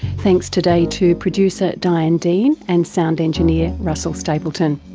thanks today to producer diane dean and sound engineer russell stapleton.